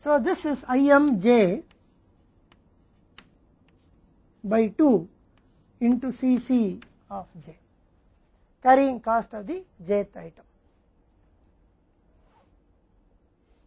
तो यह IM j by 2 Cc of j लागत वहन है jth आइटम की